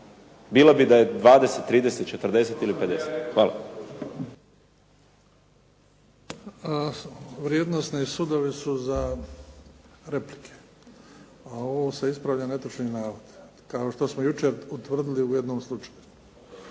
Bilo bi da je 20, 30, 40 ili 50. Hvala. **Bebić, Luka (HDZ)** Vrijednosni sudovi su za replike, a ovo se ispravlja netočni navod kao što smo jučer utvrdili u jednom slučaju.